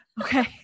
Okay